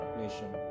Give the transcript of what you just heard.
nation